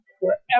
Wherever